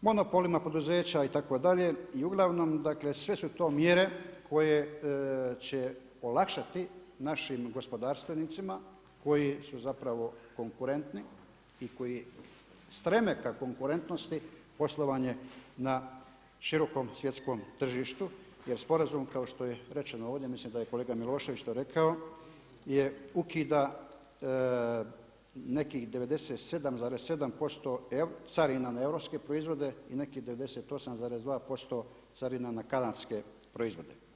monopolima poduzeća itd. i uglavnom dakle, sve su to mjere koje će olakšati našim gospodarstvenicima koji su zapravo konkurentni, i koji streme ka konkurentnosti poslovanje na širokom svjetskom tržištu jer sporazum kao što je rečeno ovdje, mislim da je kolega Milošević to rekao, je ukida nekih 97,7% carina na europske proizvode i nekih 98,2% carina na kanadske proizvode.